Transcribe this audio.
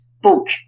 Book